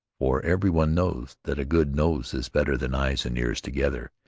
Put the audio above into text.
for every one knows that a good nose is better than eyes and ears together.